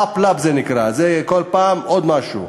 חאפ-לאפ זה נקרא, כל פעם עוד משהו.